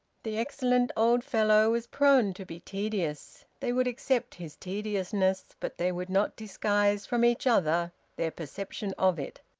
the excellent old fellow was prone to be tedious they would accept his tediousness, but they would not disguise from each other their perception of it.